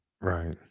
Right